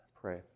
pray